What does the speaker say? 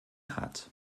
hat